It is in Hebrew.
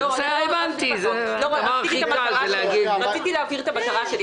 רציתי להבהיר את המטרה שלי.